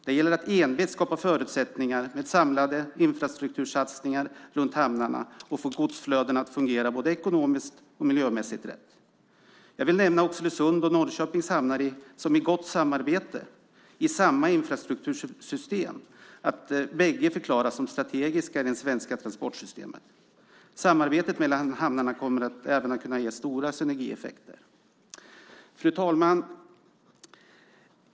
Det gäller att envist skapa förutsättningar med samlade infrastruktursatsningar runt hamnarna och få godsflödena att fungera både ekonomiskt och miljömässigt rätt. Jag vill nämna Oxelösunds och Norrköpings hamnar som i gott samarbete i samma infrastruktursystem bägge förklaras som strategiska i det svenska transportsystemet. Samarbetet mellan hamnarna kommer även att kunna ge stora synergieffekter. Fru talman!